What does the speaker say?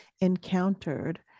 encountered